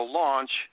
launch